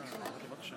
להודות,